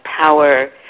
power